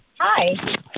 Hi